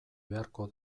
beharko